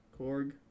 Korg